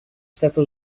stata